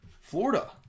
Florida